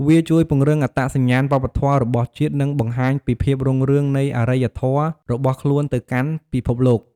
វាជួយពង្រឹងអត្តសញ្ញាណវប្បធម៌របស់ជាតិ និងបង្ហាញពីភាពរុងរឿងនៃអរិយធម៌របស់ខ្លួនទៅកាន់ពិភពលោក។